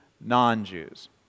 non-Jews